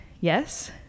Yes